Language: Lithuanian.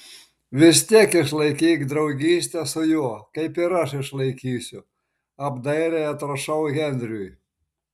vis tiek išlaikyk draugystę su juo kaip ir aš išlaikysiu apdairiai atrašau henriui